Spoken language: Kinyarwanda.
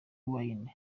wine